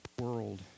world